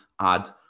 add